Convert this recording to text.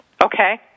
Okay